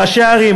ראשי ערים,